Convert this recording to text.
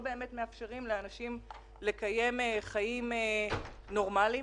באמת מאפשרים לאנשים לקיים חיים נורמליים.